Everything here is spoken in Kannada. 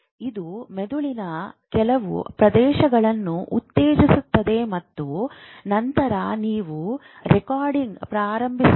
ಇದು ಮೆದುಳಿನ ಕೆಲವು ಪ್ರದೇಶಗಳನ್ನು ಉತ್ತೇಜಿಸುತ್ತದೆ ಮತ್ತು ನಂತರ ನೀವು ರೆಕಾರ್ಡಿಂಗ್ ಪ್ರಾರಂಭಿಸುತ್ತೀರಿ